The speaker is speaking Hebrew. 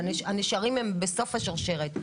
הנשרים הם בסוף השרשרת.